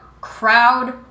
crowd